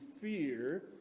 fear